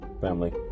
family